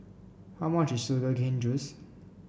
how much is Sugar Cane Juice